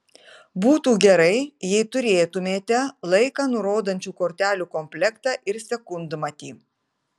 būtų gerai jei turėtumėte laiką nurodančių kortelių komplektą ir sekundmatį